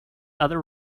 other